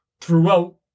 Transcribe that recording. throughout